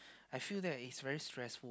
I feel that it's very stressful